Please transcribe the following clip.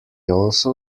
also